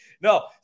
No